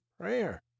prayer